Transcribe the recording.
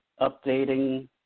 updating